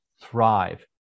thrive